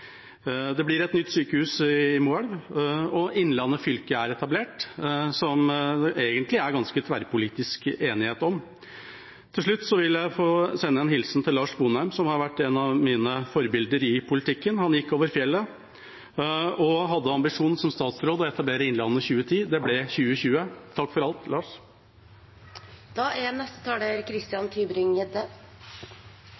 Det blir et nytt sykehus i Moelv, og Innlandet fylke er etablert, som det egentlig er ganske tverrpolitisk enighet om. Til slutt vil jeg få sende en hilsen til Lars Sponheim, som har vært et av mine forbilder i politikken. Han gikk over fjellet og hadde ambisjon som statsråd om å etablere Innlandet 2010. Det ble 2020. Takk for alt, Lars! Dette er